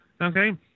Okay